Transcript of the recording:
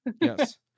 Yes